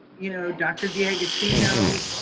you know, dr. d'agostino